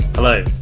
Hello